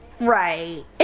Right